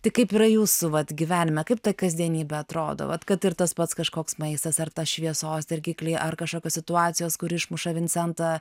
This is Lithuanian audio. tai kaip yra jūsų vat gyvenime kaip ta kasdienybė atrodo vat kad ir tas pats kažkoks maistas ar šviesos dirgikliai ar kažkokios situacijos kur išmuša vincentą